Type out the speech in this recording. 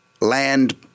land